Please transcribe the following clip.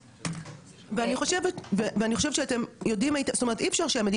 זאת אומרת אי אפשר שהמדינה מצד אחד נותנת כסף לעובדים,